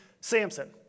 Samson